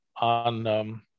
on